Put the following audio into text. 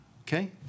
Okay